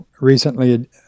recently